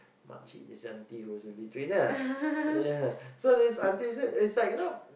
much this auntie who was lead trainer ya so this auntie said you know